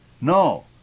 No